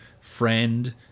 friend